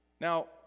Now